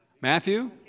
Matthew